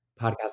podcast